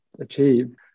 achieve